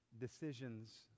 decisions